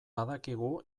badakigu